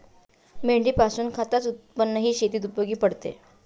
मेंढीपासून खताच उत्पन्नही शेतीत उपयोगी पडते